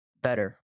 better